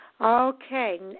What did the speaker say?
Okay